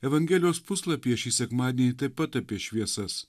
evangelijos puslapyje šį sekmadienį taip pat apie šviesas